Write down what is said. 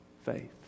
faith